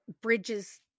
bridges